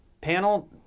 panel